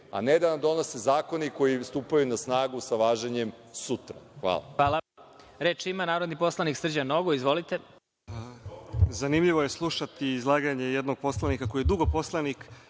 a ne da nam donose zakone koji stupaju na snagu sa važenjem sutra. Hvala.